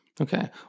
Okay